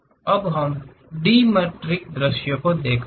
अब हम डिमेट्रिक दृश्य देखते हैं